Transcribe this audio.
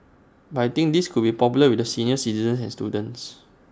but I think this could be popular with the senior citizens and students